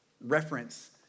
reference